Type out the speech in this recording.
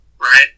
Right